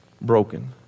broken